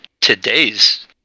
today's